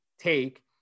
take